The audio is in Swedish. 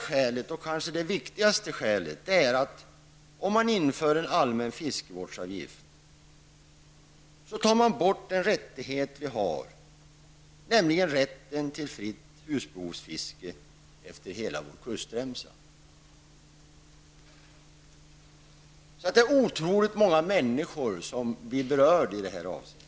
Det andra och kanske viktigaste skälet är att om man inför en allmän fiskevårdsavgift, tar man bort en rättighet som vi har, nämligen rätten till fritt husbehovsfiske efter hela vår kustremsa. Det är otroligt många människor som skulle bli berörda av ett sådant här beslut.